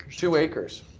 two acres.